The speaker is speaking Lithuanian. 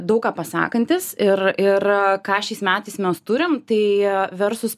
daug ką pasakantis ir ir ką šiais metais mes turim tai versus